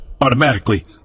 automatically